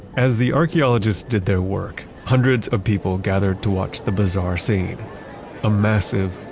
as the archaeologists did their work hundreds of people gathered to watch the bizarre scene a massive,